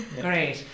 great